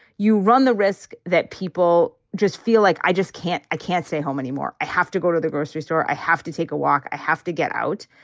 you run the risk that people just feel like, i just can't i can't stay home anymore. i have to go to the grocery store. i have to take a walk. i have to get out.